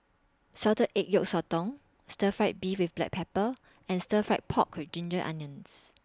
Salted Egg Yolk Sotong Stir Fried Beef with Black Pepper and Stir Fried Pork with Ginger Onions